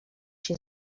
się